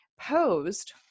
posed